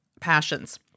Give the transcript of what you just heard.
passions